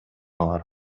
бар